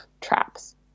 traps